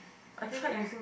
have you tried